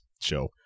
show